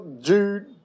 jude